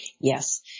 Yes